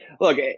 look